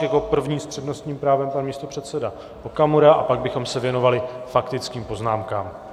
Jako první s přednostním právem pan místopředseda Okamura a pak bychom se věnovali faktickým poznámkám.